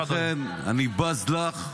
לכן אני בז לך,